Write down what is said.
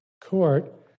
court